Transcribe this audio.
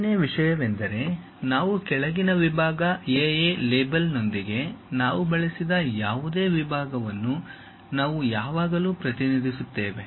ಎರಡನೆಯ ವಿಷಯವೆಂದರೆ ನಾವು ಕೆಳಗಿನ ವಿಭಾಗ ಎ ಎ ಲೇಬಲ್ನೊಂದಿಗೆ ನಾವು ಬಳಸಿದ ಯಾವುದೇ ವಿಭಾಗವನ್ನು ನಾವು ಯಾವಾಗಲೂ ಪ್ರತಿನಿಧಿಸುತ್ತೇವೆ